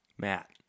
Matt